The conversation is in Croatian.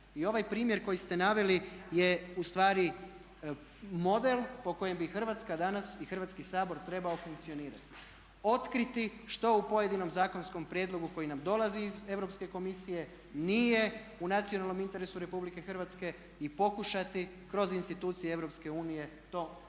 I ovaj primjer koji ste naveli je ustvari model po kojem bi Hrvatska dana i Hrvatski sabor trebao funkcionirati, otkriti što u pojedinom zakonskom prijedlogu koji nam dolazi iz Europske komisije nije u nacionalnom interesu Republike Hrvatske i pokušati kroz institucije Europske unije to osporiti,